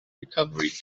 recovery